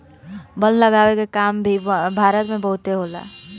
वन लगावे के काम भी भारत में बहुते होला